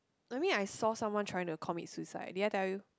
I mean I saw someone trying to commit suicide did I tell you